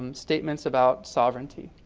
um statements about sovereignty.